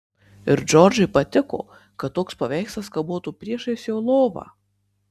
ir džordžui patiko kad toks paveikslas kabotų priešais jo lovą